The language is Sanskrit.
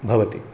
भवति